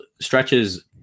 stretches